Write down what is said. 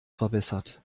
verbessert